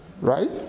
Right